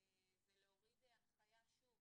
זה להוריד הנחיה שוב